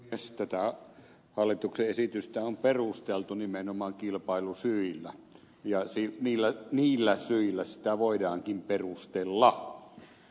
tätä hallituksen esitystä on perusteltu nimenomaan kilpailusyillä ja niillä syillä sitä voidaankin perustella